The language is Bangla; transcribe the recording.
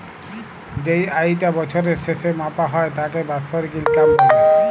যেই আয়িটা বছরের শেসে মাপা হ্যয় তাকে বাৎসরিক ইলকাম ব্যলে